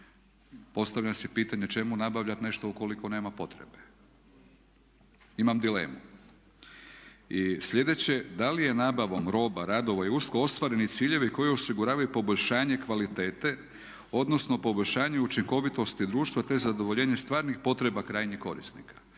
Postavlja se pitanje čemu nabavljati nešto ukoliko nema potrebe. Imam dilemu. I sljedeće da li je nabavom roba, radova i usluga ostvareni ciljevi koji osiguravaju poboljšanje kvalitete, odnosno poboljšanju učinkovitosti društva te zadovoljenje stvarnih potreba krajnih korisnika.